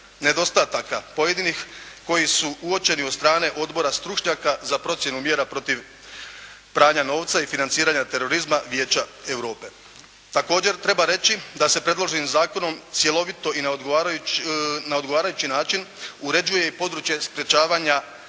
nedostataka pojedinih koji su uočeni od strane Odbora stručnjaka za procjenu mjera protiv pranja novca i financiranja terorizma Vijeća Europe. Također treba reći da se predloženim zakonom cjelovito i na odgovarajući način uređuje i područje sprječavanja